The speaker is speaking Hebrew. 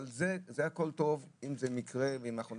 אבל זה הכול טוב אם זה מקרה ואם לא